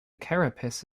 carapace